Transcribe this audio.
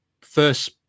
first